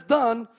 done